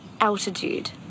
altitude